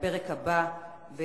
לפרק הבא בסדר-היום.